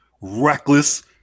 reckless